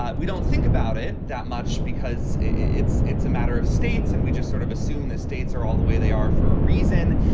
but we don't think about it that much because it's it's a matter of states and we just sort of assume that states are all the way they are for a reason.